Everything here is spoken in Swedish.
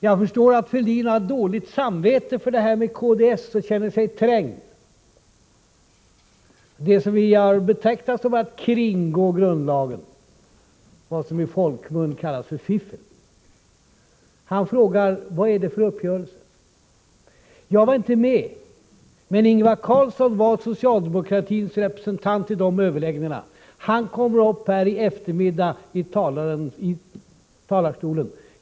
Jag förstår att Fälldin känner sig trängd och har dåligt samvete för kds-samarbetet, som vi har betecknat som ett kringgående av grundlagen och som i folkmun kallas för fiffel. Fälldin frågar: Vad är det för uppgörelse? Jag var inte med, men Ingvar Carlsson var socialdemokratins representant i de överläggningarna. Ingvar Carlsson kommer i eftermiddag upp i talarstolen.